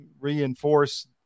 reinforce